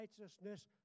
righteousness